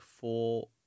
four